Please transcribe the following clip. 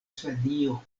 svedio